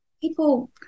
people